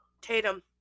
Tatum